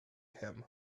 him